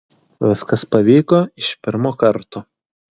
viskas pavyko iš pirmo karto